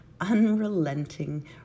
unrelenting